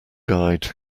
eyed